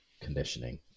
conditioning